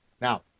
Now